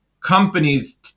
companies